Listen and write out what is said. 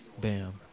Bam